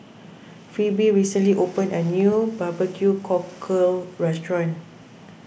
Phebe recently opened a new Barbecue Cockle restaurant